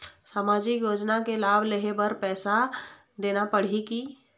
सामाजिक योजना के लाभ लेहे बर पैसा देना पड़ही की?